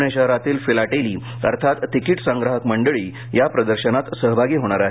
पुणे शहरातील फिलाटेली अर्थात तिकिट संग्राहक मंडळी या प्रदर्शनात सहभागी होणार आहेत